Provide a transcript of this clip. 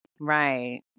Right